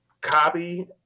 copy